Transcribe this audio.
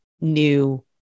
new